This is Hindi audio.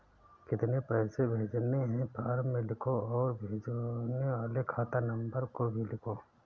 कितने पैसे भेजने हैं फॉर्म में लिखो और भेजने वाले खाता नंबर को भी लिखो